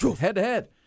Head-to-head